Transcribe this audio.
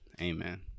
Amen